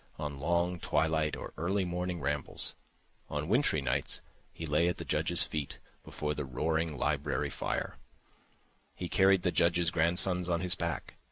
on long twilight or early morning rambles on wintry nights he lay at the judge's feet before the roaring library fire he carried the judge's grandsons on his back,